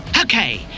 Okay